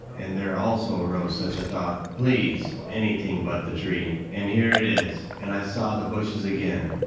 and there also arose such a thought, please, anything but the tree, and here it is and i saw the bushes again.